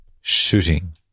shooting